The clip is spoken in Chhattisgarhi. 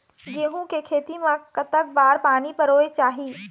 गेहूं के खेती मा कतक बार पानी परोए चाही?